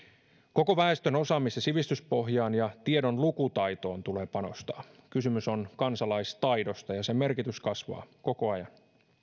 koko väestön osaamis ja sivistyspohjaan ja tiedon lukutaitoon tulee panostaa kysymys on kansalaistaidosta ja sen merkitys kasvaa koko ajan